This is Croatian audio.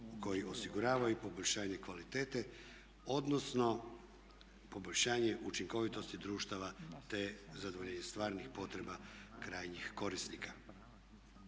koji osiguravaju poboljšanje kvalitete odnosno poboljšanje učinkovitosti društava te zadovoljavanje stvarnih potreba krajnjih korisnika.